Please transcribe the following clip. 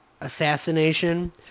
assassination